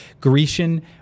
Grecian